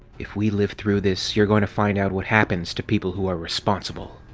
if we live through this, you're going to find out what happens to people who are responsible!